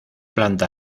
planta